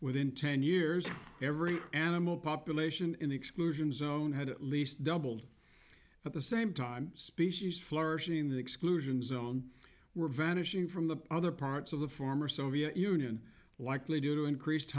within ten years every animal population in the exclusion zone had at least doubled at the same time species flourishing the exclusion zone were vanishing from the other parts of the former soviet union likely due to increased